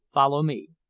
follow me.